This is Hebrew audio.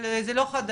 אבל זה לא חדש,